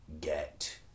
Get